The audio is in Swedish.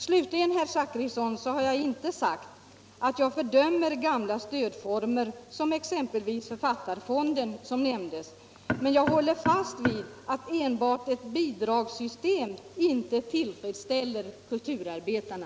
Slutligen, herr Zachrisson, har jag inte sagt att jag fördömer gamla stödformer som exempelvis författarfonden, som nämndes, men jag håller fast vid att enbart ett bidragssystem inte tillfredsställer kulturarbetarna.